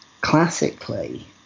classically